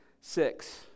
six